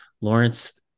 Lawrence